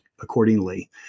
accordingly